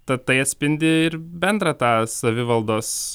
ta tai atspindi ir bendrą tą savivaldos